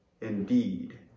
indeed